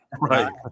Right